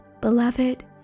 Beloved